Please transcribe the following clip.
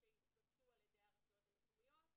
שהתבקשו על ידי הרשויות המקומיות,